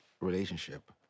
relationship